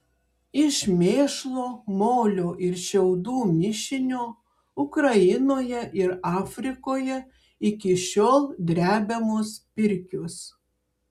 iš mėšlo molio ir šiaudų mišinio ukrainoje ir afrikoje iki šiol drebiamos pirkios